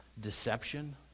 deception